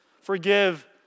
Forgive